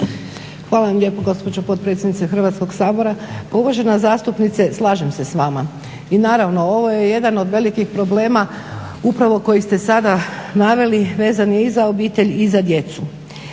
Hvala vam lijepo gospođo potpredsjednice Hrvatskog sabora. Pa uvažena zastupnice slažem se s vama. I naravno ovo je jedan od velikih problema upravo koji ste sada naveli, vezan je i za obitelj i za djecu.